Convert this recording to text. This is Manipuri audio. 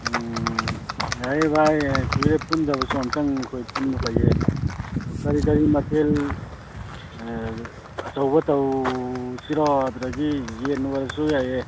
ꯎꯝ ꯌꯥꯏꯌꯦ ꯕꯥꯏ ꯀꯨꯏꯔꯦ ꯄꯨꯟꯗꯕꯁꯨ ꯑꯃꯨꯛꯇꯪ ꯑꯩꯈꯣꯏ ꯄꯨꯟꯕ ꯐꯩꯌꯦ ꯑꯗꯨ ꯀꯔꯤ ꯀꯔꯤ ꯃꯊꯦꯜ ꯑꯆꯧꯕ ꯇꯧꯁꯤꯔꯣ ꯑꯗꯨꯗꯒꯤ ꯌꯦꯟ ꯑꯣꯏꯔꯁꯨ ꯌꯥꯏꯌꯦ